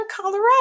Colorado